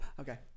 Okay